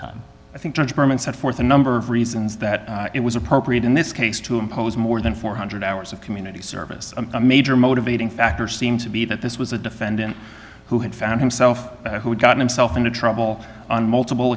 time i think judge berman set forth a number of reasons that it was appropriate in this case to impose more than four hundred hours of community service a major motivating factor seemed to be that this was a defendant who had found himself who got himself into trouble on multiple